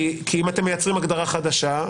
כי אם אתם מייצרים הגדרה חדשה,